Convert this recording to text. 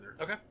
Okay